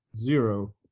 Zero